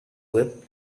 web